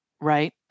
right